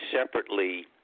separately